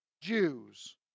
Jews